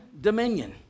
dominion